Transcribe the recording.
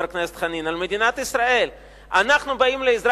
חבר הכנסת חנין,